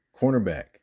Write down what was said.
cornerback